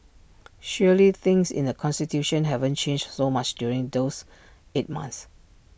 surely things in the constituency haven't changed so much during those eight months